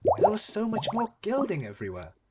there was so much more gilding everywhere,